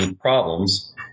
problems